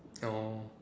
no